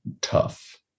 Tough